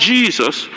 Jesus